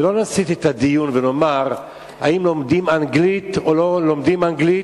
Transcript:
ולא נסיט את הדיון ונאמר אם לומדים אנגלית או לא לומדים אנגלית,